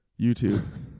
YouTube